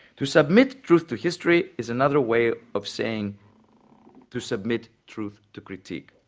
to submit truth to history is another way of saying to submit truth to critique,